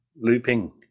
looping